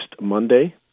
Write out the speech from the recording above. Monday